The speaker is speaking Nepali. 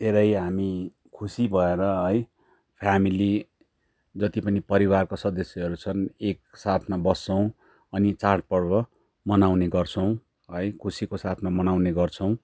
धेरै हामी खुशी भएर है र हामीले जति पनि परिवारको सदस्यहरू छन् एक साथमा बस्छौँ अनि चाड पर्व मनाउने गर्छौँ है खुशीको साथमा मनाउने गर्छौँ